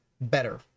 better